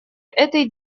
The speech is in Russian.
этой